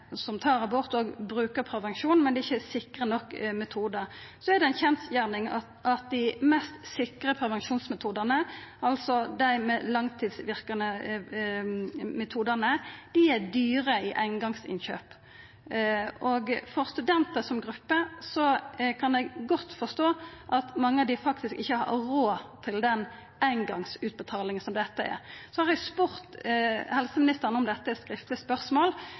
som tar abort, brukar prevensjon, men det er ikkje sikre nok metodar. Så er det ei kjensgjerning at dei mest sikre prevensjonsmetodane, altså dei langtidsverkande metodane, er dyre i eingongsinnkjøp. For studentar som gruppe kan eg godt forstå at mange faktisk ikkje har råd til den eingongsutbetalinga som dette er. Eg har spurt helseministeren om dette i eit skriftleg spørsmål,